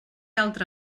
altra